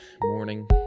morning